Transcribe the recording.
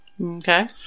Okay